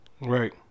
Right